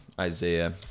Isaiah